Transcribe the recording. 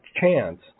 chance